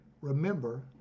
Remember